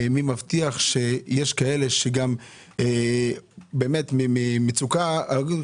מי מבטיח שיש כאלה שגם באמת ממצוקה הוא יגיד,